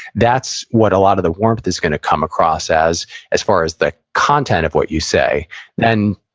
that's what a lot of the warmth is going to come across, as as far as the content of what you say then,